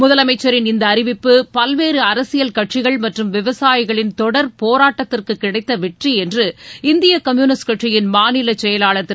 முதலமைச்சரின் இந்த அறிவிப்பு பல்வேறு அரசியல் கட்சிகள் மற்றும் விவசாயிகளின் தொடர் போராட்டத்திற்கு கிடைத்த வெற்றி என்று இந்திய கம்யூனிஸ்ட் கட்சியின் மாநிலச் செயலாளர் திரு